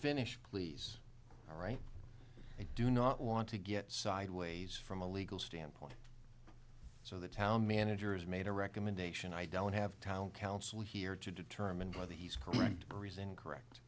finish please all right i do not want to get sideways from a legal standpoint so the town manager has made a recommendation i don't have town council here to determine whether he's correct or is incorrect